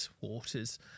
waters